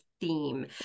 theme